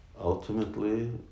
Ultimately